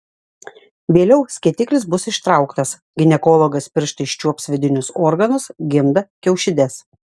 vėliau skėtiklis bus ištrauktas ginekologas pirštais čiuops vidinius organus gimdą kiaušides